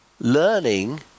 learning